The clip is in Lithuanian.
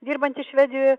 dirbantys švedijoje